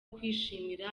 kwishimira